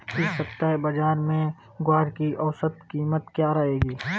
इस सप्ताह बाज़ार में ग्वार की औसतन कीमत क्या रहेगी?